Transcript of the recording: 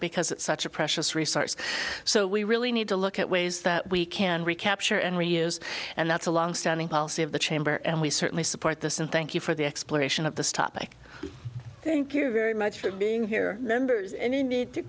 because it's such a precious resource so we really need to look at ways that we can recapture and reuse and that's a long standing policy of the chamber and we certainly support this and thank you for the exploration of this topic thank you very much for being here members and indeed t